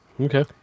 okay